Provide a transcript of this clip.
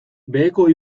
beheko